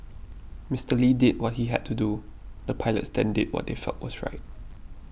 Mister Lee did what he had to do the pilots then did what they felt was right